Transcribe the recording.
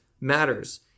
matters